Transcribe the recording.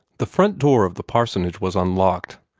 the front door of the parsonage was unlocked,